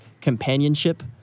companionship